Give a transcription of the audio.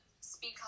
speak